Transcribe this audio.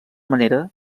manera